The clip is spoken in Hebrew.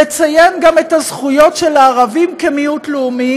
לציין גם את הזכויות של הערבים כמיעוט לאומי,